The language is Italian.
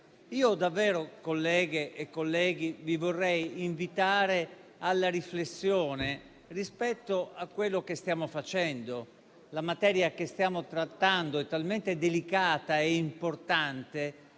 Colleghe e colleghi, io davvero vi vorrei invitare alla riflessione rispetto a quello che stiamo facendo. La materia che stiamo trattando è talmente delicata e importante